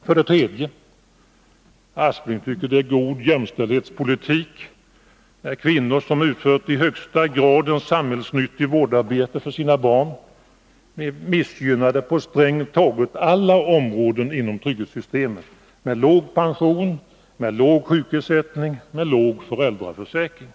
För det tredje tycker Sven Aspling att det är god jämställdhetspolitik när kvinnor som utfört ett i högsta grad samhällsnyttigt vårdarbete för sina barn blir missgynnade på strängt taget alla områden inom trygghetssystemet: med låg pension, med låg sjukersättning och med låg föräldraförsäkring.